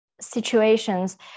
situations